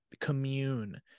commune